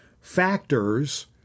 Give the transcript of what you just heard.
factors